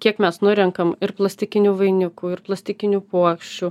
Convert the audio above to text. kiek mes nurenkam ir plastikinių vainikų ir plastikinių puokščių